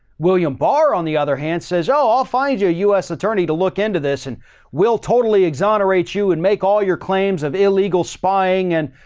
william barr, on the other hand says, oh, i'll find you a us attorney to look into this and we'll totally exonerate you and make all your claims of illegal spying and,